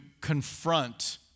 confront